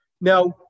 Now